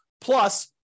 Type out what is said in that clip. plus